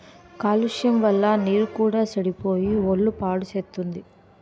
కాలుష్యం వల్ల నీరు కూడా సెడిపోయి ఒళ్ళు పాడుసేత్తుంది